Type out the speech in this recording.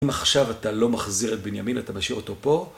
אם עכשיו אתה לא מחזיר את בנימין, אתה משאיר אותו פה